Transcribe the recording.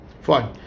Fine